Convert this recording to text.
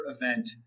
event